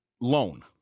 loan